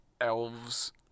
elves